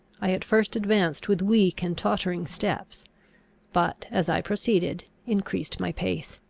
i at first advanced with weak and tottering steps but, as i proceeded, increased my pace.